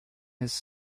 his